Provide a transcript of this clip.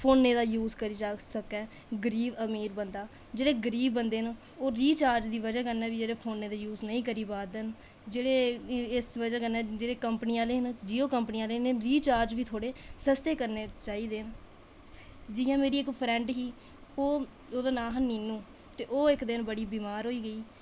फोनै दा यूज़ करी सकै गरीब अमीर बंदा जेह्ड़े गरीब बंदे न ओह् रीचार्ज दी बजह कन्नै बी जेह्के इस बजह कन्नै जेह्की जियो कंपनी आह्ले न रीचार्ज थोह्ड़े सस्ते करने चाहिदे जि'यां मेरी इक्क फ्रैंड ही ओह्दा नांऽ हा नीनू ते ओह् इक्क दिन बड़ी बमार होई गेई